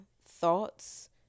thoughts